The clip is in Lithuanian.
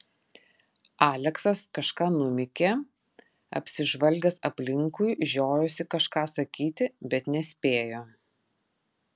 aleksas kažką numykė apsižvalgęs aplinkui žiojosi kažką sakyti bet nespėjo